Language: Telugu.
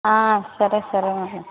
సరే సరే మేడం